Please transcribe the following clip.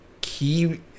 key